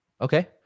Okay